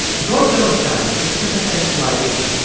george loewenstein is sympathetic to irene.